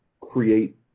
create